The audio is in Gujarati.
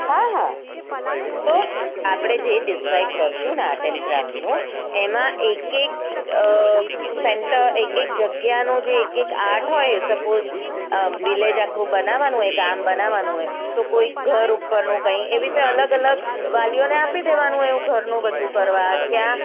હા હા તો આપણે જે ડીસાઇડ કરશું ને આર્ટ એન્ડ ક્રાફટનું એમાં એક એક સેન્ટર એક એક જગ્યાનું જે એક એક આર્ટ હોય સપોસ વિલેજ આખું બનાવવાનું હોય ગામ બનાવવાનું હોય તો કોઈક ઘર ઉપરનું કઈ એવી રીતે અલગ અલગ વાલીઓને આપી દેવાનું એવું ઘરનું બધું કરવા ક્યાં